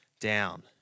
down